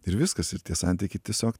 ir viskas ir tie santykiai tiesiog